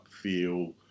feel